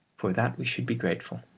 for that we should be grateful.